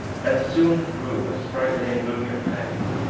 and soon grew a sprightly and good companion,